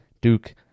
Duke